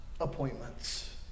Appointments